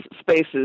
spaces